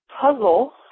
puzzle